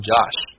Josh